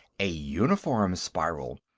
a uniform spiral.